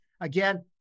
Again